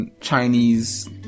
Chinese